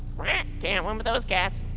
can't win with those cats.